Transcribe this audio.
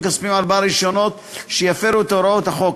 כספיים על בעלי רישיונות שיפרו את הוראות החוק,